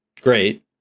Great